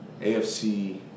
AFC